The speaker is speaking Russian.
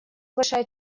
большая